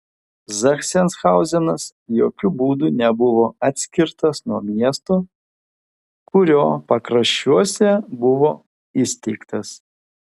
zachsenhauzenas jokiu būdu nebuvo atskirtas nuo miesto kurio pakraščiuose buvo įsteigtas